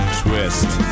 twist